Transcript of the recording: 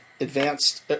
advanced